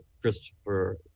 Christopher